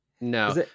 No